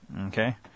Okay